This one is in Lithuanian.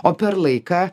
o per laiką